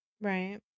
Right